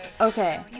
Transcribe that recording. okay